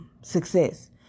success